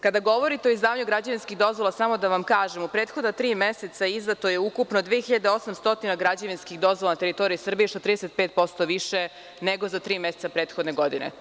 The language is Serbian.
Kada govorite o izdavanju građevinskih dozvola samo da vam kažem u prethodnih tri meseca izdato je ukupno 2.800 građevinskih dozvola na teritoriji Srbije što je 35% više nego za tri meseca prethodne godine.